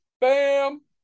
bam